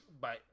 bye